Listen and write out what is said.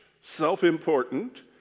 self-important